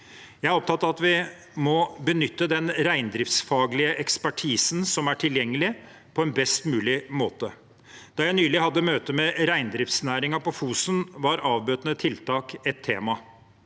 Jeg er opptatt av at vi må benytte den reindriftsfaglige ekspertisen som er tilgjengelig, på best mulig måte. Da jeg nylig hadde møte med reindriftsnæringen på Fosen, var avbøtende tiltak et tema.